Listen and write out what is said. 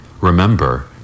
Remember